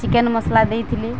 chicken masala ଦେଇଥିଲି